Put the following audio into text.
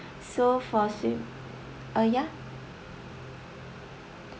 so for swim uh yeah